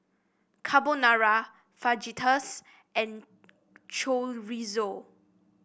Carbonara Fajitas and Chorizo